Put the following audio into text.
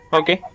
okay